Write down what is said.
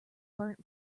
burnt